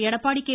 Edappadi K